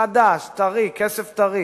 חדש, טרי, כסף טרי,